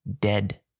dead